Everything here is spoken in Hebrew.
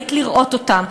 שאחראית לראות אותם,